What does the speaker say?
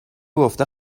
گفته